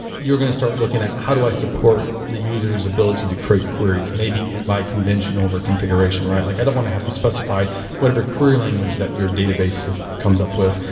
you're going to start looking at how do i support the user s ability to create queries? maybe by conventional over-configuration, right? like i don't want to have to specify whatever crud language that your database comes up with.